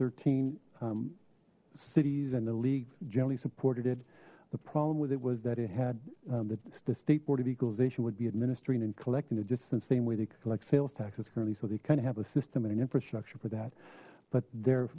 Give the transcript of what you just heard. thirteen cities and the league generally supported it the problem with it was that it had the state board of equalization would be administering and collecting it just the same way they collect sales taxes currently so they kind of have a system and an infrastructure for that but they're